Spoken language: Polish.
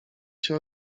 się